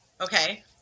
okay